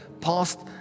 Past